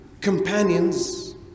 companions